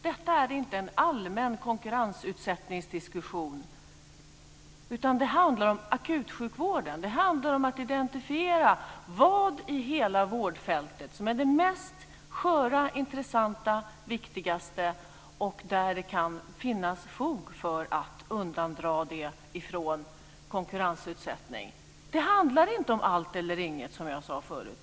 Det här är inte en allmän konkurrensutsättningsdiskussion, utan det handlar om akutsjukvården, om att identifiera vad i hela vårdfältet som är det mest sköra, intressanta, det viktigaste och där det kan finnas fog för att undandra det ifrån konkurrensutsättning. Det handlar om inte allt eller inget, som jag sade förut.